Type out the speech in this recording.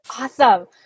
Awesome